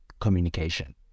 communication